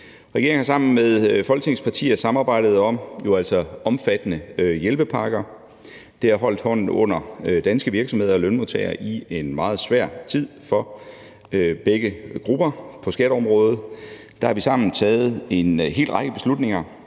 Regeringen har sammen med Folketingets partier samarbejdet om omfattende hjælpepakker. De har holdt hånden under danske virksomheder og lønmodtagere i en meget svær tid for begge grupper. På skatteområdet har vi sammen truffet en hel række beslutninger,